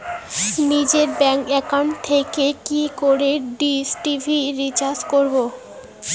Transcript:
নিজের bank account থেকে কি করে ডিশ টি.ভি রিচার্জ করবো?